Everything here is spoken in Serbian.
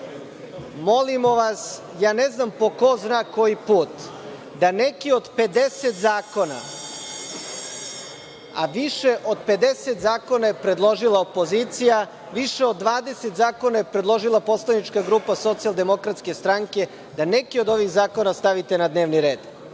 Srbije. Molimo vas, ne znam po ko zna koji put, da neki od 50 zakona, a više od 50 zakona je predložila opozicija, više od 20 zakona je predložila poslanička grupa SDS, da neke od ovih zakona stavite na dnevni